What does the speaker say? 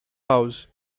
house